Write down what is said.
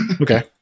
okay